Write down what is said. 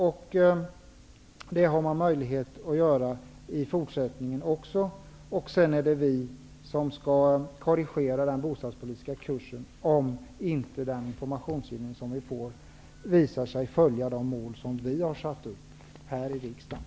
Det har man möjlighet att göra i fortsättningen också. Sedan är det vi som skall korrigera den bostadspolitiska kursen om inte den information vi får visar sig följa de mål som vi har satt upp här i riksdagen.